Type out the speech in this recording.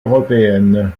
européenne